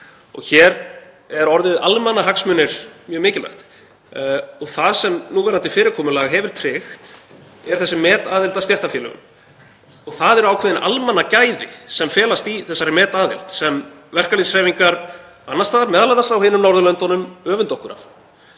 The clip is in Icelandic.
Hér er orðið almannahagsmunir mjög mikilvægt. Það sem núverandi fyrirkomulag hefur tryggt er þessi metaðild að stéttarfélögum. Það eru ákveðin almannagæði sem felast í þessari metaðild sem verkalýðshreyfingar annars staðar, m.a. annars staðar á Norðurlöndunum, öfunda okkur af.